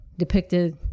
Depicted